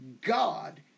God